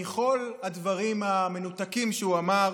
מכל הדברים המנותקים שהוא אמר